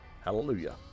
Hallelujah